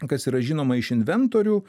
kas yra žinoma iš inventorių